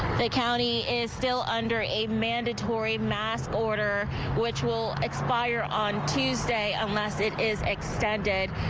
the county is still under a mandatory mask order which will expire on tuesday, unless it is extended.